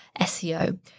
SEO